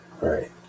Right